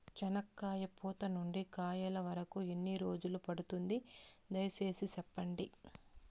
చెనక్కాయ పూత నుండి కాయల వరకు ఎన్ని రోజులు పడుతుంది? దయ సేసి చెప్పండి?